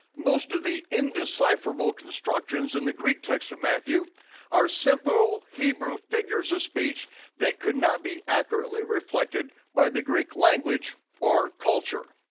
most of the indecipherable constructions in the greek text of matthew are simple hebrew figures of speech that could not be accurately reflected by the greek language or culture.